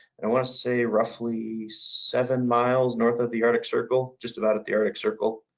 i want to say roughly seven miles north of the arctic circle, just about at the arctic circle.